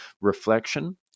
reflection